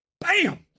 Bam